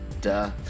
duh